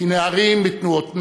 כנערים בתנועות נוער,